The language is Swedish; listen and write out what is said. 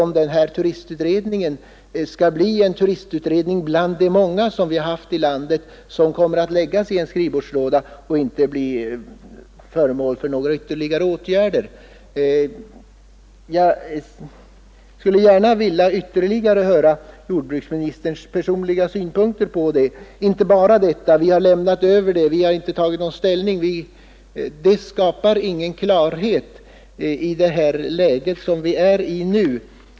Men kanske skall turistutredningen bli en av de många utredningar vi haft som lagts i en skrivbordslåda och inte blivit föremål för ytterligare åtgärder. Jag vill gärna höra jordbruksministerns personliga synpunkter på detta och inte bara ”vi har lämnat över, vi har inte tagit någon ställning”. Det skapar ingen klarhet i det läge som vi befinner oss i.